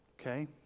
Okay